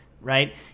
right –